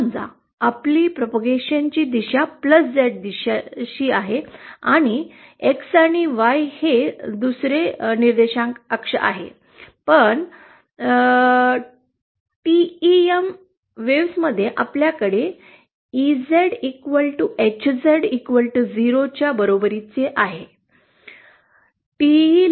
समजा आपली प्रचाराची दिशा Z दिशेशी आहे आणि एक्स आणि वाय हा दुसरा निर्देशांक अक्ष आहे तर टेम लाटांमध्ये आपल्याकडे EZHZ 0 च्या बरोबरीचा आहे